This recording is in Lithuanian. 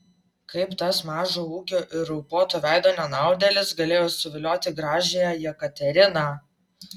kaip tas mažo ūgio ir raupuoto veido nenaudėlis galėjo suvilioti gražiąją jekateriną